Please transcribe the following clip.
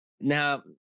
Now